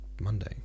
Monday